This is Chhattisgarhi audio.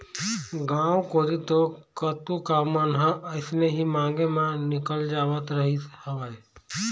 गांव कोती तो कतको काम मन ह अइसने ही मांगे म निकल जावत रहिस हवय